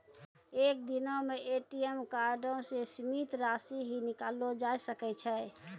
एक दिनो मे ए.टी.एम कार्डो से सीमित राशि ही निकाललो जाय सकै छै